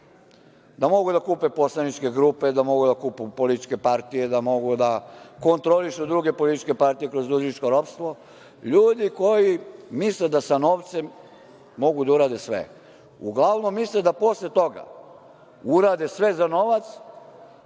da mogu da kupe poslaničke grupe, da mogu da kupe političke partije, da mogu da kontrolišu druge političke partije, kroz dužničko ropstvo. Ljudi koji misle da sa novcem mogu da urade sve. Uglavnom misle da posle toga urade sve za novac,